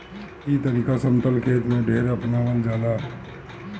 ई तरीका समतल खेत में ढेर अपनावल जाला